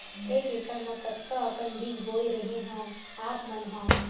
एक एकड़ म कतका अकन बीज बोए रेहे हँव आप मन ह?